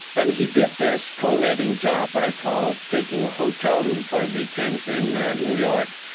and he did this collating job i call it, taking a hotel room for a weekend in new york,